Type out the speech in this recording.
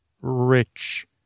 rich